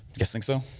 just think so?